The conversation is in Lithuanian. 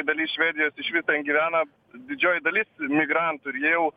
dalis švedijos išvis ten gyvena didžioji dalis migrantų ir jie jau